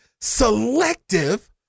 selective